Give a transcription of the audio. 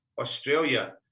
Australia